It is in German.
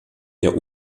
der